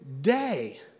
day